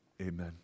Amen